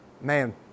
Man